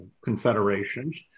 confederations